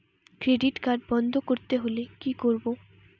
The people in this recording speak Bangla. ক্রেডিট কার্ড বন্ধ করতে হলে কি করব?